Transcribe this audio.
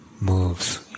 moves